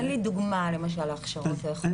תן לי דוגמה להכשרות כאלה.